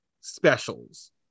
specials